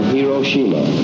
Hiroshima